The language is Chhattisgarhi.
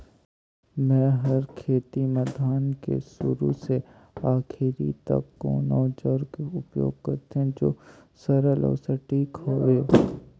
मै हर खेती म धान के शुरू से आखिरी तक कोन औजार के उपयोग करते जो सरल अउ सटीक हवे?